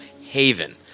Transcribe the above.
Haven